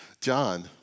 John